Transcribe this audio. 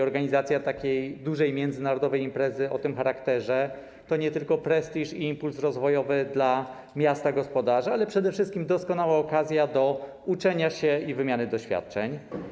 Organizacja takiej dużej międzynarodowej imprezy o tym charakterze to nie tylko prestiż i impuls rozwojowy dla miasta gospodarza, ale to przede wszystkim doskonała okazja do uczenia się i wymiany doświadczeń.